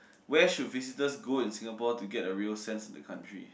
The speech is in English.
where should visitors go in Singapore to get a real sense of the country